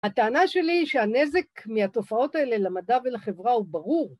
‫הטענה שלי היא שהנזק מהתופעות ‫האלה למדע ולחברה הוא ברור.